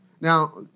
Now